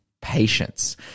patience